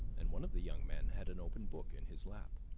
and one of the young men had an open book in his lap.